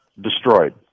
destroyed